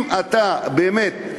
אם אתה באמת,